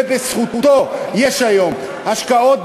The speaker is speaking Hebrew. ובזכותו יש היום השקעות ב-seed,